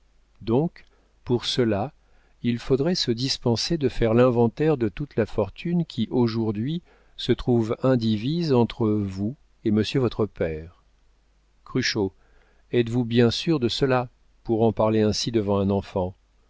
donc pour cela il faudrait se dispenser de faire l'inventaire de toute la fortune qui aujourd'hui se trouve indivise entre vous et monsieur votre père cruchot êtes-vous bien sûr de cela pour en parler ainsi devant un enfant